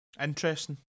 Interesting